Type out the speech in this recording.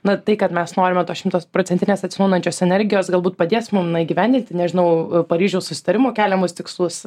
na tai kad mes norime to šimtas procentinės atsinaujinančios energijos galbūt padės mum įgyvendinti nežinau paryžiaus susitarimo keliamus tikslus